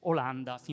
Olanda